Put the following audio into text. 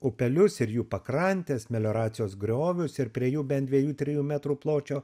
upelius ir jų pakrantes melioracijos griovius ir prie jų bent dviejų trijų metrų pločio